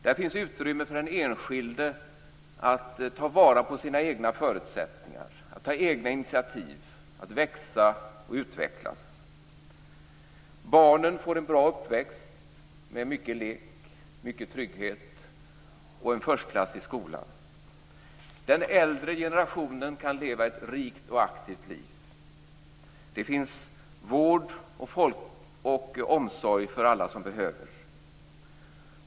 Där finns utrymme för den enskilde att ta vara på sina egna förutsättningar, ta egna initiativ, växa och utvecklas. Barnen får en bra uppväxt med mycket lek, mycket trygghet och en förstklassig skola. Den äldre generationen kan leva ett rikt och aktivt liv. Det finns vård och omsorg för alla som behöver.